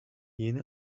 yeni